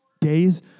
days